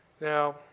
Now